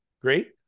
Great